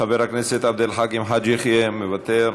חבר הכנסת עבד אל חכים חאג' יחיא, מוותר,